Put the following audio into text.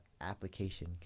application